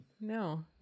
no